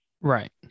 Right